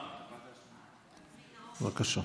בבקשה.